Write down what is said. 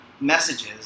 messages